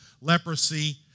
leprosy